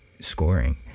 scoring